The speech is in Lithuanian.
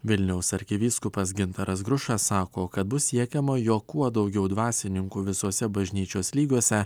vilniaus arkivyskupas gintaras grušas sako kad bus siekiama jog kuo daugiau dvasininkų visose bažnyčios lygiuose